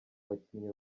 bakinnyi